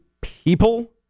people